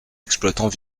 exploitants